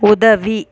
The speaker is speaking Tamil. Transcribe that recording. உதவி